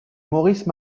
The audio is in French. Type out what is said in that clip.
maurice